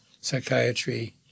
Psychiatry